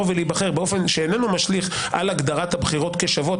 ולהיבחר באופן שאיננו משליך על הגדרת הבחירות כשוות,